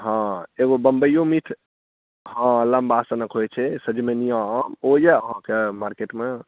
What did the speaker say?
हँ एगो बम्बइयो मीठ हँ लम्बा सनक होयत छै सजमनिआँ आम ओ यऽ अहाँकऽ मार्केटमे